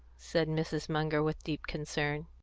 said mrs. munger, with deep concern.